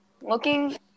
Looking